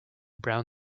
brown